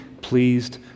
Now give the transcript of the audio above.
pleased